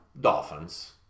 Dolphins